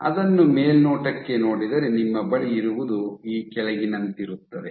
ಅದನ್ನು ಮೇಲ್ನೋಟಕ್ಕೆ ನೋಡಿದರೆ ನಿಮ್ಮ ಬಳಿ ಇರುವುದು ಈ ಕೆಳಗಿನಂತಿರುತ್ತದೆ